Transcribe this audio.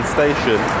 Station